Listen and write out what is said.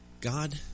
God